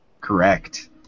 Correct